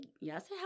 yes